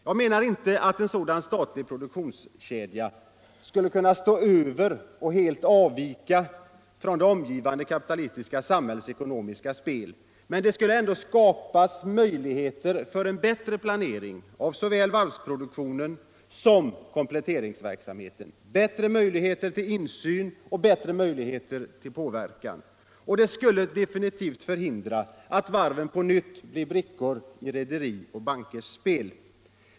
Jag menar inte att en sådan statlig produktionskedja skulle kunna stå över och helt avvika från det omgivande kapitalistiska samhällets ekonomiska spel, men det skulle ändå skapas möjligheter för en bättre planering av såväl varvsproduktionen som kompletteringsverksamheten, bättre möjligheter till insyn och bättre möjligheter till påverkan. Och det skulle definitivt förhindra att varven på nytt blir brickor i rederiers och bankers spel.